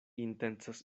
intencas